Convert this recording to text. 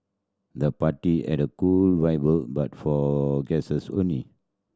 the party had a cool vibe but for guests only